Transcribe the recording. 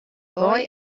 boy